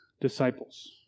Disciples